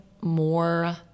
more